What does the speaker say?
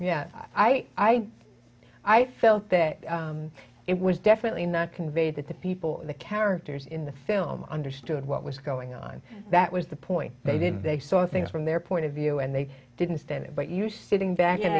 yeah i i i felt that it was definitely not conveyed that the people in the characters in the film understood what was going on that was the point they did they saw things from their point of view and they didn't stand it but you sitting back in